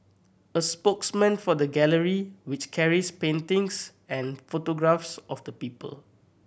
a spokesman for the gallery which carries paintings and photographs of the people